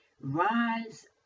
rise